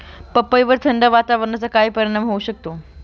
पपईवर थंड वातावरणाचा काय परिणाम होऊ शकतो?